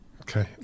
Okay